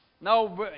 Now